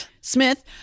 Smith